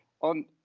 on